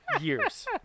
years